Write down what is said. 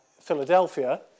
Philadelphia